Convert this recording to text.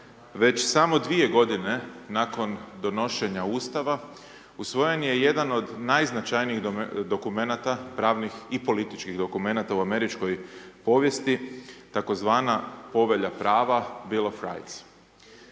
već samo 2 godine nakon donošenja ustava usvojen je jedan od najznačajnijih dokumenata pravnih i političkih dokumenata u američkoj povijesti tzv. Povelja prava - Bill of rights,